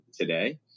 today